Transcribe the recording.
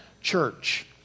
church